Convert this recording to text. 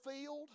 field